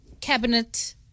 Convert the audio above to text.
cabinet